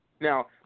Now